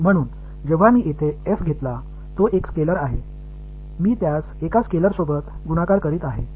எனவே நான் இங்கே f எடுத்துக் கொண்டபோது அது ஒரு ஸ்கேலார் நான் அதை ஒரு ஸ்கேலாரால் பெருக்குகிறேன்